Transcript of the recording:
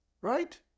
Right